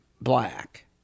black